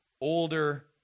Older